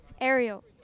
Ariel